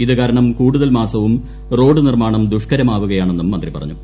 ഇത് കാരണം കൂടുതൽ മാസവും റോഡ് നിർമ്മാണ്ടു ദൃഷ്കരമാവുകയാണെന്നും മന്ത്രി പറഞ്ഞു